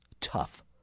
tough